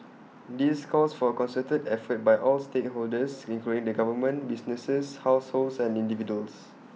this calls for A concerted effort by all stakeholders including the government businesses households and individuals